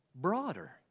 broader